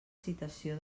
citació